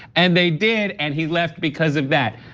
and they did and he left because of that.